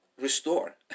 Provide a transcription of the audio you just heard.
Restore